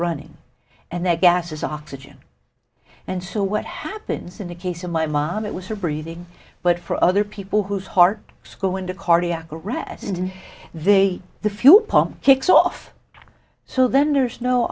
running and that gas is oxygen and so what happens in the case of my mom it was her breathing but for other people whose heart school into cardiac arrest and they the few pop kicks off so then there's no